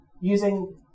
using